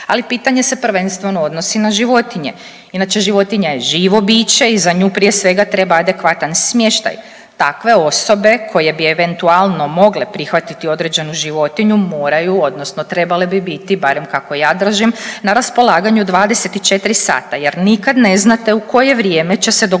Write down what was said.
ali pitanje se prvenstveno odnosi na životinje. Inače životinja je živo biće i za nju prije svega treba adekvatan smještaj. Takve osobe koje bi eventualno mogle prihvatiti određenu životinju moraju odnosno trebale bi biti barem kako ja držim na raspolaganju 24 sata jer nikad ne znate u koje vrijeme će se dogoditi